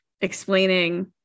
explaining